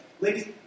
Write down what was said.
Ladies